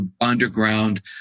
underground